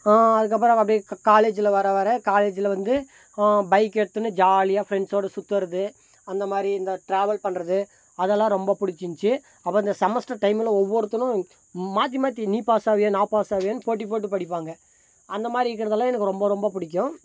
அதுக்கப்புறம் அப்டியே காலேஜில் வர வர காலேஜில் வந்து பைக் எடுத்துனு ஜாலியாக ஃப்ரெண்ட்ஸோட சுத்துறது அந்த மாதிரி இந்த டிராவல் பண்ணுறது அதெல்லாம் ரொம்ப பிடிச்சிருந்துச்சி அப்புறம் அந்த செமஸ்டர் டைமில் ஒவ்வொருத்தனும் மாற்றி மாற்றி நீ பாஸாவியா நான் பாஸாவியானு போட்டி போட்டு படிப்பாங்க அந்த மாதிரி இருக்கிறதெல்லாம் எனக்கு ரொம்ப ரொம்ப பிடிக்கும்